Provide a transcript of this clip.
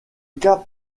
cas